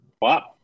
Wow